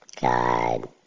God